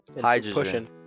Hydrogen